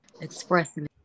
expressing